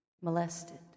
molested